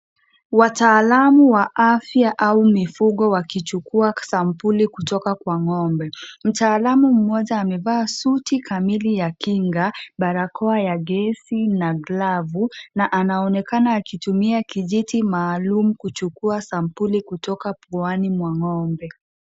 Wataalamu wa afya au mifugo wakichukua sampuli kutoka kwa ng'ombe, mtaalamu mmoja amevaa suti kamili ya kinga, barakoa ya gesi, na glavu, na anaonekana akitumia kijiti maalum kuchukua sampuli kutoka puani mwa ng'ombe.